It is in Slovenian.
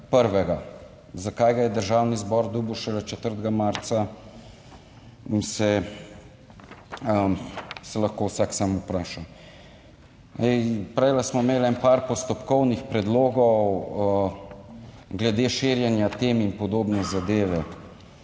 Zakaj ga je Državni zbor dobil šele 4. marca, se lahko vsak sam vpraša. Zdaj, prej smo imeli ene par postopkovnih predlogov. Glede širjenja tem in podobne zadeve.